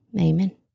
Amen